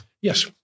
Yes